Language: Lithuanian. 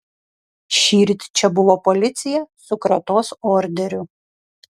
šįryt čia buvo policija su kratos orderiu